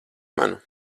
man